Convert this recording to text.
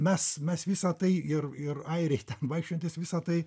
mes mes visa tai ir ir airiai ten vaikščiojantys visa tai